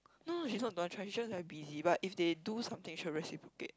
no no she's not don't want to try she's just very busy but if they do something she'll reciprocate